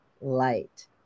light